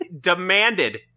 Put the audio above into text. demanded